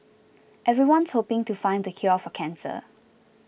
everyone's hoping to find the cure for cancer